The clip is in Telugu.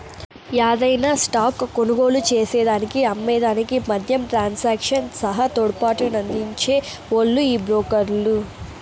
యాదైన స్టాక్ కొనుగోలు చేసేదానికి అమ్మే దానికి మద్యం ట్రాన్సాక్షన్ సహా తోడ్పాటునందించే ఓల్లు ఈ బ్రోకర్లు